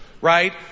right